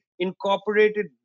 incorporated